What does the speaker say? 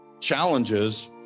challenges